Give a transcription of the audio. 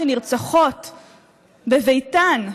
שנרצחות בביתן,